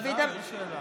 בוודאי, איזו שאלה?